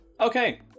Okay